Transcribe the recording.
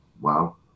Wow